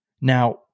Now